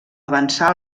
avançar